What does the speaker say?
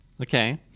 Okay